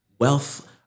Wealth